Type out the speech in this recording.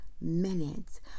minutes